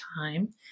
time